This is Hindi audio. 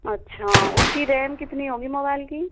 अच्छा उसकी रैम कितनी होगी मोबाइल की